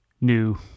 new